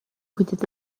будет